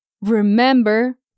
remember